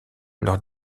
leur